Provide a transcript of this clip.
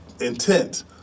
intent